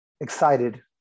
excited